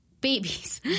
babies